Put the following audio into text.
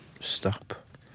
Stop